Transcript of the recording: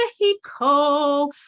Mexico